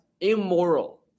immoral